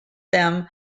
them